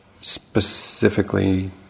specifically